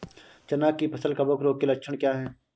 चना की फसल कवक रोग के लक्षण क्या है?